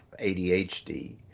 ADHD